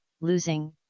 losing